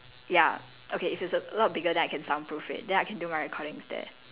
ya okay if it's a lot bigger then I can soundproof it then I can do my recordings there